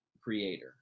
Creator